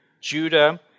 Judah